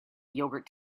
yogurt